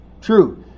True